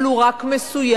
אבל הוא רק מסוים,